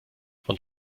von